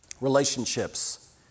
relationships